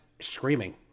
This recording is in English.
screaming